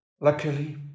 Luckily